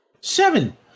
Seven